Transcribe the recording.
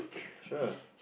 sure